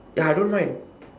ya I don't when